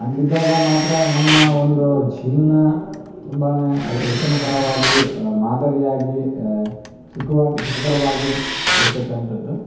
ಹಂಗಿದ್ದಾಗ ಮಾತ್ರ ನಮ್ಮ ಒಂದು ಜೀವನ ತುಂಬಾ ಉತ್ತಮಕರವಾಗಿ ಮಾದರಿಯಾಗಿ ಸುಖವಾಗ್ ಸುಖಕರವಾಗಿ ಇರ್ತಕಂಥದ್ದು